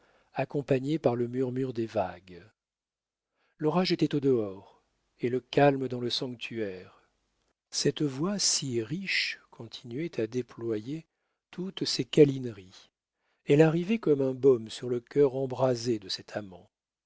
accompagnée par le murmure des vagues l'orage était au dehors et le calme dans le sanctuaire cette voix si riche continuait à déployer toutes ses câlineries elle arrivait comme un baume sur le cœur embrasé de cet amant